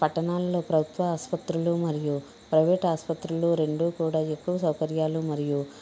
పట్టణాలలో ప్రభుత్వ ఆసుపత్రులు మరియు ప్రైవేట్ ఆసుపత్రులు రెండు కూడా ఎక్కువ సౌకర్యాలు మరియు